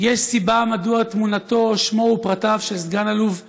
יש סיבה מדוע תמונתו, שמו ופרטיו של סגן אלוף מ',